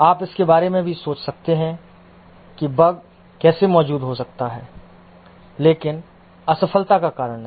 आप इसके बारे में भी सोच सकते हैं कि बग कैसे मौजूद हो सकता है लेकिन असफलता का कारण नहीं